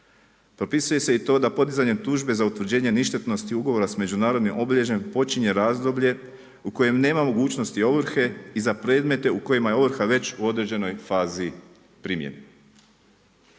Propisuje se i to da podizanjem tužbe za utvrđenje ništetnosti ugovora sa međunarodnim obilježjem počinje razdoblje u kojem nema mogućnosti ovrhe i za predmete u kojima je ovrha veću određenoj fazi primjene.